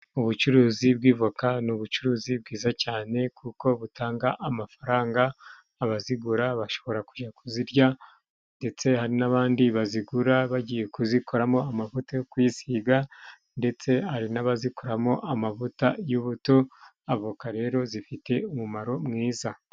Ubucuruzi bwa avoka ni ubucuruzi bwiza cyane, kuko butanga amafaranga, abazigura bashobora kujya kuzirya ndetse hari n'abandi bazigura bagiye kuzikoramo amavuta yo kusiga, ndetse hari n'abazikuramo amavuta y'ubuto, avoka rero zifite umumaro mwiza.